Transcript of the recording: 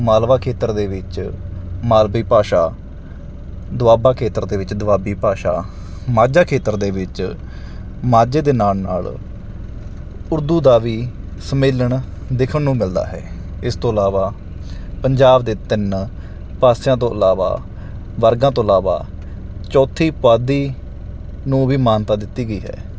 ਮਾਲਵਾ ਖੇਤਰ ਦੇ ਵਿੱਚ ਮਲਵਈ ਭਾਸ਼ਾ ਦੁਆਬਾ ਖੇਤਰ ਦੇ ਵਿੱਚ ਦੁਆਬੀ ਭਾਸ਼ਾ ਮਾਝਾ ਖੇਤਰ ਦੇ ਵਿੱਚ ਮਾਝੇ ਦੇ ਨਾਲ ਨਾਲ ਉਰਦੂ ਦਾ ਵੀ ਸੰਮੇਲਨ ਦੇਖਣ ਨੂੰ ਮਿਲਦਾ ਹੈ ਇਸ ਤੋਂ ਇਲਾਵਾ ਪੰਜਾਬ ਦੇ ਤਿੰਨ ਪਾਸਿਆਂ ਤੋਂ ਇਲਾਵਾ ਵਰਗਾਂ ਤੋਂ ਇਲਾਵਾ ਚੌਥੀ ਪੁਆਧੀ ਨੂੰ ਵੀ ਮਾਨਤਾ ਦਿੱਤੀ ਗਈ ਹੈ